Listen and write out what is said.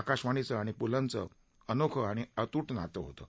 आकाशवाणीचं आणि पुलंच अनोखं आणि अतूट नातं होतं